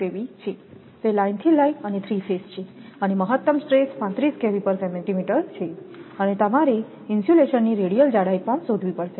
તે લાઇનથી લાઇન અને 3 ફેઝ છે અને મહત્તમ સ્ટ્રેસ 35 છે અને તમારે ઇન્સ્યુલેશનની રેડિયલ જાડાઈ પણ શોધવી પડશે